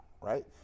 right